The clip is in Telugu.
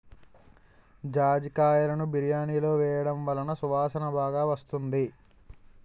జాజికాయలును బిర్యానిలో వేయడం వలన సువాసన బాగా వస్తుంది